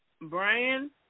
Brian